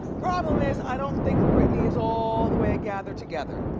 problem is, i don't think britney is all the way gathered together.